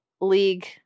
league